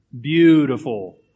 Beautiful